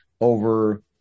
over